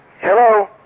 Hello